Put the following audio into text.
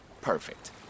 Perfect